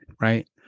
Right